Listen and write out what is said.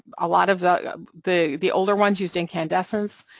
a lot of the the older ones using incandescents,